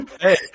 Hey